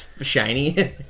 shiny